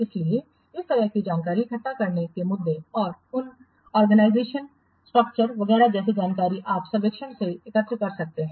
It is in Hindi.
इसलिए इस तरह की जानकारी इकट्ठा करने के मुद्दे और इन संगठन संरचना वगैरह जैसी जानकारी आप सर्वेक्षण से एकत्र कर सकते हैं